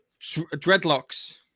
Dreadlocks